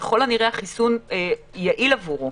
ככל הנראה, החיסון יעיל עבורו,